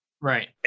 Right